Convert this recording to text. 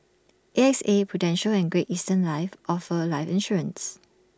A X A prudential and great eastern offer life insurance